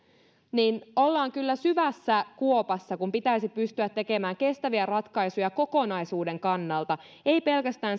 ollaan kyllä syvässä kuopassa kun pitäisi pystyä tekemään kestäviä ratkaisuja kokonaisuuden kannalta ei pelkästään